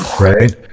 Right